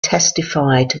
testified